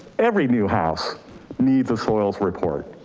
every new house needs a soils report.